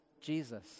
Jesus